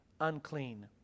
unclean